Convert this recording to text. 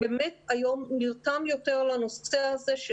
היום הוא נרתם יותר לנושא הזה.